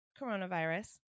coronavirus